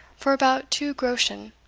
for about two groschen,